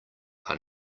are